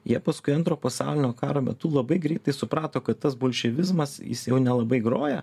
jie paskui antro pasaulinio karo metu labai greitai suprato kad tas bolševizmas jis jau nelabai groja